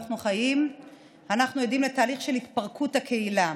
חיים עדים לתהליך של התפרקות הקהילה.